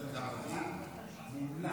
--- מומלץ.